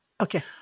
Okay